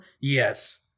Yes